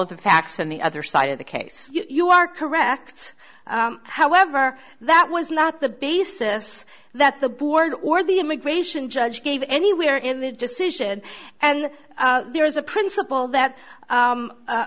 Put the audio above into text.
of the facts and the other side of the case you are correct however that was not the basis that the board or the immigration judge anywhere in the decision and there is a principle that